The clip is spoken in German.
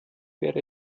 wäre